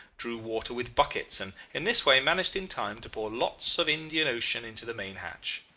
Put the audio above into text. drew water with buckets, and in this way managed in time to pour lots of indian ocean into the main hatch.